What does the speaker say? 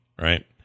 right